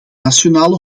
nationale